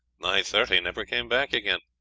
nigh thirty never came back again.